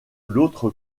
l’autre